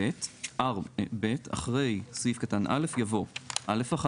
(ב) אחרי סעיף קטן (א) יבוא: "(א1)